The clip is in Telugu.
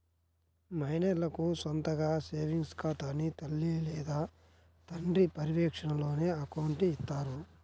మైనర్లకు సొంతగా సేవింగ్స్ ఖాతాని తల్లి లేదా తండ్రి పర్యవేక్షణలోనే అకౌంట్ని ఇత్తారు